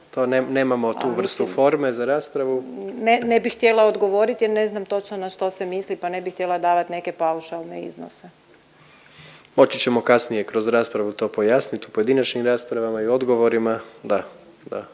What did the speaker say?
nemamo tu vrstu forme za raspravu./… Ne, ne bih htjela odgovoriti jer ne znam točno na što se misli pa ne bi htjela davati neke paušalne iznose. **Jandroković, Gordan (HDZ)** Moći ćemo kasnije kroz raspravu to pojasnit u pojedinačnim raspravama i odgovorima da, da,